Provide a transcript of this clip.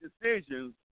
decisions